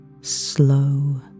slow